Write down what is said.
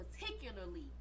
particularly